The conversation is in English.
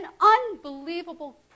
unbelievable